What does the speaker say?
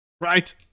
right